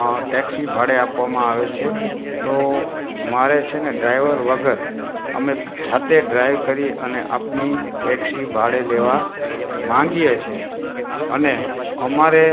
અં taxi ભાડે આપવામાં આવે છે તો મારે છે ને ડ્રાઇવર વગર અમે જાતે ડ્રાઇવ કરી અને આપની ટેક્સી ભાડે લેવા માગીએ છે અને અમારે